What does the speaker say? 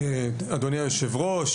תודה, אדוני היושב-ראש.